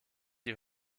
die